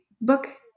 book